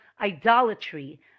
idolatry